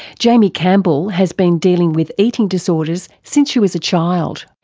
jaimie campbell has been dealing with eating disorders since she was a child.